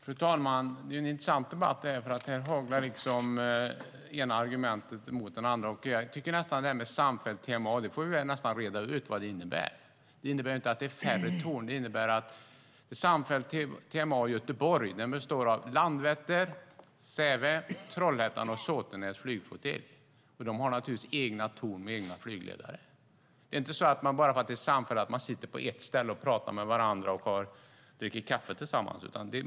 Fru talman! Det här är en intressant debatt där det ena argumentet har ställts mot det andra. Vi får reda ut vad samfällt TMA innebär. Det är inte fråga om färre torn. Det samfällda TMA-området i Göteborg består av Landvetter, Säve, Trollhättan och Såtenäs flygflottilj. De har naturligtvis egna torn med egna flygledare. Ett samfällt TMA-område innebär inte att de sitter på ett ställe och pratar med varandra och dricker kaffe tillsammans.